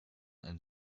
ein